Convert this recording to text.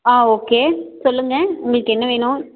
ஆ okay சொல்லுங்கள் உங்களுக்கு என்ன வேணும்